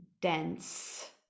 dense